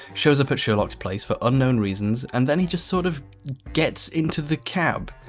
shows up at sherlock's place for unknown reasons, and then he just sort of gets into the cab?